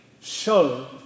show